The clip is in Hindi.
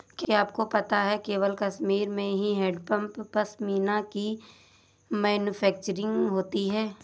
क्या आपको पता है केवल कश्मीर में ही हैंडमेड पश्मीना की मैन्युफैक्चरिंग होती है